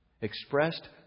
Expressed